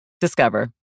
Discover